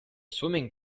swimming